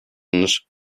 amongst